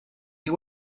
you